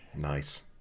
Nice